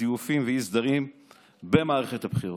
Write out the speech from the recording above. זיופים ואי-סדרים במערכת הבחירות.